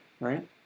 right